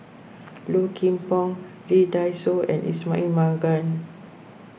Low Kim Pong Lee Dai Soh and Ismail Marjan